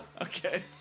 okay